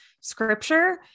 scripture